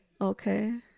Okay